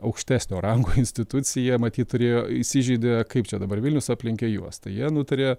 aukštesnio rango institucija matyt turėjo įsižeidė kaip čia dabar vilnius aplenkė juos tai jie nutarė